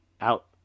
out